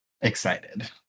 excited